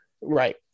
Right